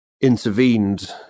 intervened